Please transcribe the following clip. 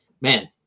man